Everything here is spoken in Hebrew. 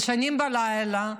ישנים בלילה,